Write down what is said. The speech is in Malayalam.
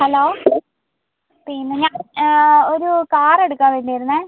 ഹലോ ഹലോ പിന്നെ ഒരു കാർ എടുക്കാൻ വേണ്ടി ആയിരുന്നേ